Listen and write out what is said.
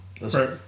Right